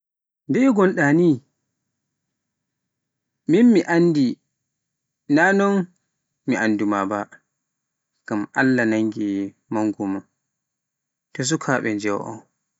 Nde ngonɗaa nii, min mi anndayi ma e non no, gan Allah nange mangu mon to sukaabe njewa on.